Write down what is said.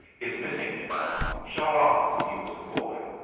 it's missing, you know shot off when he was a boy.